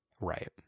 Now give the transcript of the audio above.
Right